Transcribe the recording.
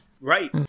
Right